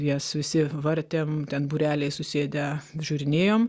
jas visi vartėm ten būreliais susėdę žiūrinėjom